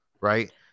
right